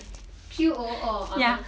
Q_O oh (uh huh)